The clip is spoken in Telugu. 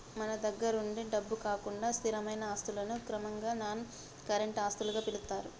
మన దగ్గరుండే డబ్బు కాకుండా స్థిరమైన ఆస్తులను క్రమంగా నాన్ కరెంట్ ఆస్తులుగా పిలుత్తారు